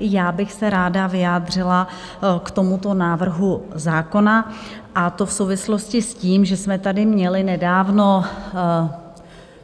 Já bych se ráda vyjádřila k tomuto návrhu zákona, a to v souvislosti s tím, že jsme tady měli nedávno